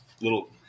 little